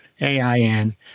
AIN